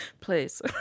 Please